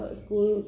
school